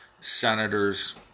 senators